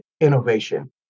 innovation